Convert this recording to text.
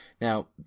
Now